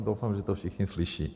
Doufám, že to všichni slyší.